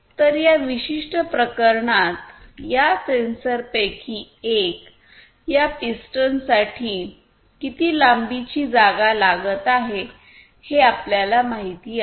तर या विशिष्ट प्रकरणात या सेन्सरंपैकी एक या पिस्टनसाठी किती लांबीची जागा लागत आहे हे आपल्याला माहित आहे